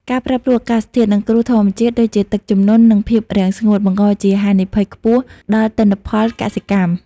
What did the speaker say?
ការប្រែប្រួលអាកាសធាតុ និងគ្រោះធម្មជាតិដូចជាទឹកជំនន់ និងភាពរាំងស្ងួត បង្កជាហានិភ័យខ្ពស់ដល់ទិន្នផលកសិកម្ម។